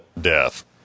death